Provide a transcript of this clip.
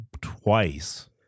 twice